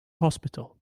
hospital